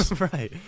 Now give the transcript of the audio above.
Right